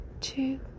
two